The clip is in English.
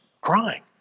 crying